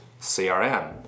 CRM